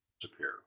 disappear